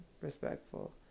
respectful